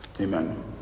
Amen